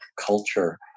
culture